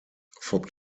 vom